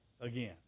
again